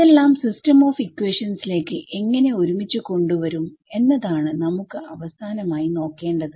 ഇതെല്ലാം system of ഇക്വേഷൻസിലേക്ക് എങ്ങനെ ഒരുമിച്ചു കൊണ്ടുവരും എന്നതാണ് നമുക്ക് അവസാനമായി നോക്കേണ്ടത്